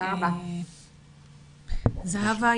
(היו"ר שלמה קרעי) זהבה,